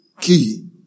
key